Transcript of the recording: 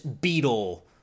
beetle